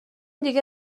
دیگه